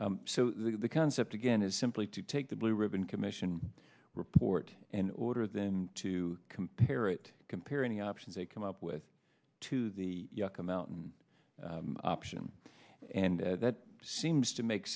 so the concept again is simply to take the blue ribbon commission report and in order then to compare it compare any options they come up with to the yucca mountain option and that seems to make